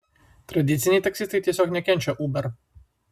tradiciniai taksistai tiesiog nekenčia uber